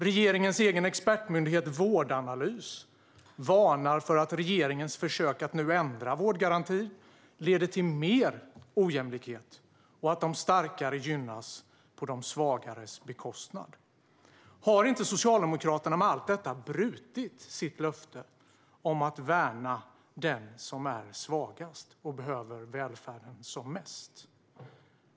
Regeringens egen expertmyndighet Vårdanalys varnar för att regeringens försök att ändra vårdgarantin leder till mer ojämlikhet och att de starkare gynnas på de svagares bekostnad. Har inte Socialdemokraterna med allt detta brutit sitt löfte om att värna den som är svagast och behöver välfärden som mest?